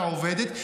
אותה עובדת,